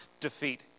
defeat